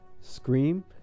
Scream